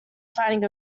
finding